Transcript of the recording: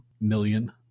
million